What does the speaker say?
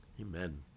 amen